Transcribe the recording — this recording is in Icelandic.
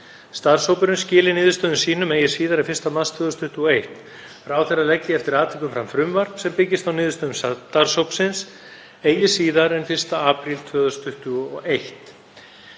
Starfshópurinn skili niðurstöðum sínum eigi síðar en 1. mars 2021. Ráðherra leggi, eftir atvikum, fram frumvarp sem byggist á niðurstöðum starfshópsins eigi síðar en 1. apríl 2021.“